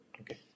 Okay